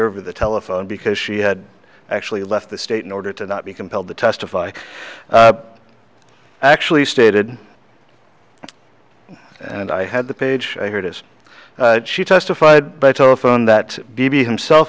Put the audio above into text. over the telephone because she had actually left the state in order to not be compelled to testify actually stated and i had the page i heard as she testified by telephone that b b himself